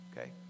Okay